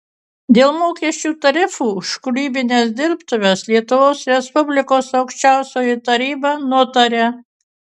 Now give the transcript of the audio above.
dėl mokesčių tarifų už kūrybines dirbtuves lietuvos respublikos aukščiausioji taryba nutaria